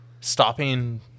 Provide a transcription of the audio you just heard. stopping